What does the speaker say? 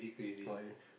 sorry